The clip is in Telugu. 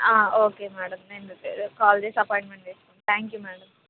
ఓకే మేడమ్ నేను కాల్ చేసి అపాయింట్మెంట్ తీసుకుంటాను థ్యాంక్ యూ మ్యాడమ్